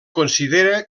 considera